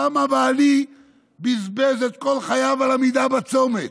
למה בעלי בזבז את כל חייו על עמידה בצומת?